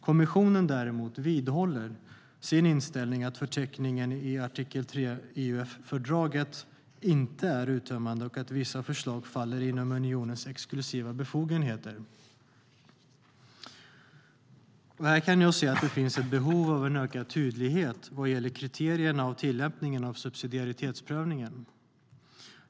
Kommissionen vidhåller däremot sin inställning att förteckningen i artikel 3 i FEUF inte är uttömmande och att vissa förslag faller inom unionens exklusiva befogenheter. Här kan jag se att det finns behov av ökad tydlighet vad gäller kriterierna för och tillämpningen av subsidiaritetsprövningen.